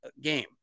game